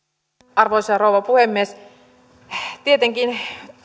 arvoisa rouva puhemies tietenkin